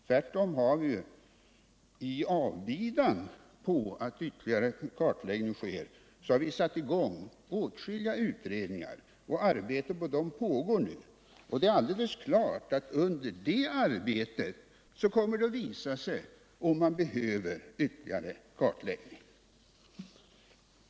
Tvärtom har vi i avbidan på att ytterligare kartläggning sker satt i gång åtskilliga utredningar. Arbetet med dem pågår nu. Det är alldeles klart att det under det arbetet kommer att visa sig om ytterligare kartläggning behövs.